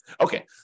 Okay